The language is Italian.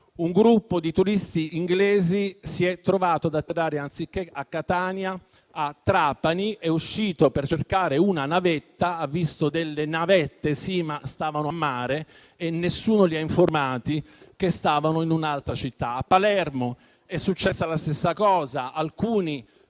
Un gruppo di turisti inglesi si è trovato ad atterrare a Trapani anziché a Catania; sono usciti per cercare una navetta, hanno visto delle navette che stavano a mare, ma nessuno li ha informati che si trovavano in un'altra città. A Palermo è successa la stessa cosa: alcuni